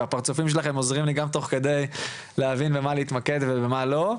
והפרצופים שלכם עוזרים לי גם תוך כדי להבין במה להתמקד ובמה לא.